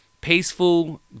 peaceful